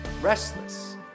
restless